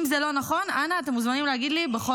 אם זה לא נכון, אנא אתם מוזמנים להגיד לי.